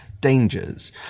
dangers